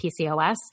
PCOS